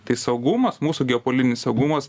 tai saugumas mūsų geopolitinis saugumas